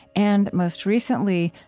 and most recently,